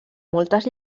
moltes